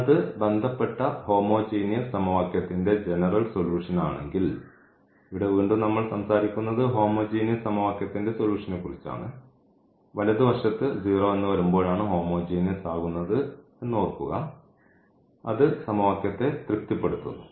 എന്നത് ബന്ധപ്പെട്ട ഹോമോജീനിയസ് സമവാക്യത്തിന്റെ ജനറൽ സൊലൂഷൻ ആണെങ്കിൽ ഇവിടെ വീണ്ടും നമ്മൾ സംസാരിക്കുന്നത് ഹോമോജീനിയസ് സമവാക്യത്തിന്റെ സൊല്യൂഷനെക്കുറിച്ചാണ് വലതുവശത്ത് 0 എന്ന് വരുമ്പോഴാണ് ഹോമോജീനിയസ് ആകുന്നത് എന്ന് ഓർക്കുക അത് സമവാക്യത്തെ തൃപ്തിപ്പെടുത്തുന്നു